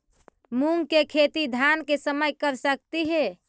मुंग के खेती धान के समय कर सकती हे?